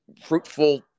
fruitful